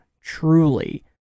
truly